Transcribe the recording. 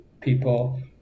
people